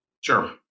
Sure